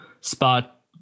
spot